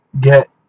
get